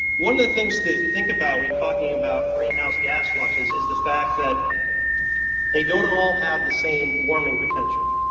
one of the things to think about when talking about greenhouse gas fluxes is the fact that they don't all have the same warming potential.